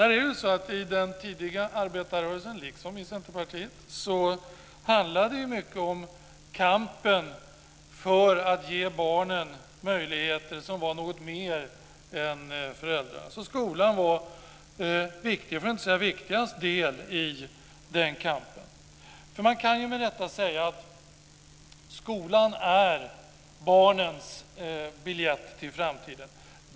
I den tidiga arbetarrörelsen liksom i Centerpartiet handlade det mycket om kampen för att ge barnen möjligheter som gav något mer än föräldrarnas. Skolan var alltså en viktig del, för att inte säga den viktigaste, i den kampen. Man kan säga att skolan är barnens biljett till framtiden.